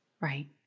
Right